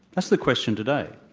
that's the question today,